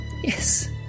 yes